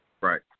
right